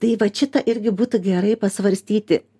tai vat šita irgi būtų gerai pasvarstyti